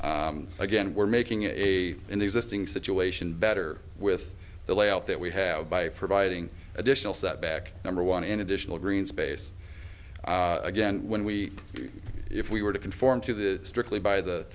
sign again we're making a and existing situation better with the layout that we have by providing additional setback number one in additional green space again when we if we were to conform to the strictly by the